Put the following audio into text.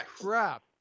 crap